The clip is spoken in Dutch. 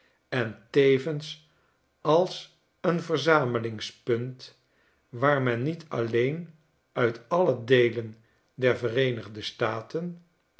en tevens als een verzamelingspunt waar men niet alleen uit alle deelen der yereenigde staten